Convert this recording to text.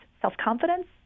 self-confidence